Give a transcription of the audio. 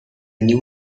new